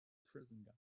prison